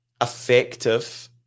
effective